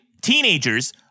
teenagers